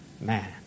man